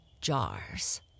jars